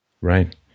right